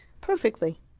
perfectly.